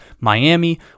Miami